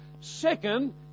second